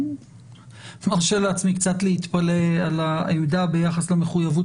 אני מרשה לעצמי קצת להתפלא על העמדה ביחס למחויבות